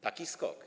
Taki skok.